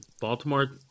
Baltimore